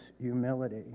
humility